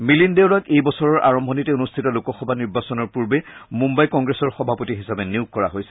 মিলিন্দ দেওৰাক এই বছৰৰ আৰম্ভণিতে অনুষ্ঠিত লোকসভা নিৰ্বাচনৰ পূৰ্বে মুঘাই কংগ্ৰেছৰ সভাপতি হিচাপে নিয়োগ কৰা হৈছিল